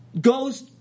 goes